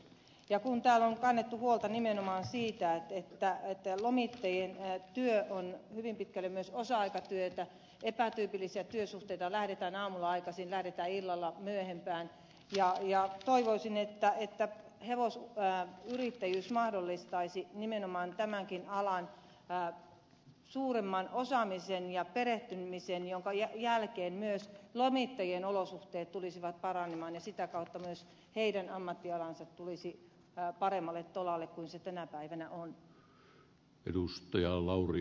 ja kun täällä on kannettu huolta nimenomaan siitä että lomittajien työ on hyvin pitkälle myös osa aikatyötä epätyypillisiä työsuhteita lähdetään aamulla aikaisin lähdetään illalla myöhempään niin toivoisin että hevosyrittäjyys mahdollistaisi nimenomaan tämänkin alan suuremman osaamisen ja perehtymisen minkä jälkeen myös lomittajien olosuhteet tulisivat paranemaan ja sitä kautta myös heidän ammattialansa tulisi paremmalle tolalle kuin se tänä päivänä on